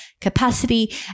capacity